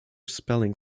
spelling